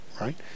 right